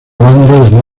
banda